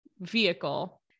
vehicle